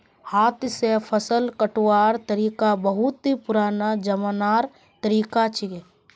हाथ स फसल कटवार तरिका बहुत पुरना जमानार तरीका छिके